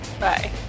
Bye